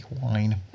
wine